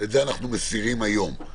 את זה אנחנו מסירים היום,